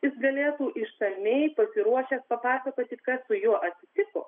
jis galėtų išsamiai pasiruošęs papasakoti kas su juo atsitiko